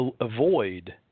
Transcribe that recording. avoid